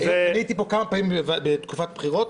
אני הייתי פה כמה פעמים בתקופת בחירות.